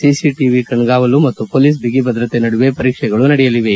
CCTV ಕಣ್ಗಾವಲು ಮತ್ತು police ಬಿಗಿ ಭದ್ರತೆ ನಡುವೆ ಪರೀಕ್ಷೆಗಳು ನಡೆಯಲಿವೆ